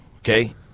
okay